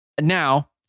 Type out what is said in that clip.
Now